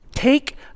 Take